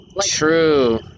True